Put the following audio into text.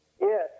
Yes